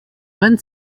vingt